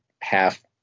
half